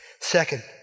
Second